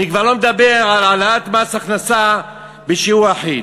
אני כבר לא מדבר על העלאת מס הכנסה בשיעור אחיד.